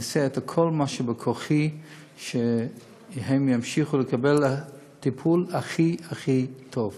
ואעשה את כל מה שבכוחי שהם ימשיכו לקבל את הטיפול הכי הכי טוב.